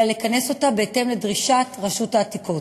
אלא לכנס אותה בהתאם לדרישת רשות העתיקות.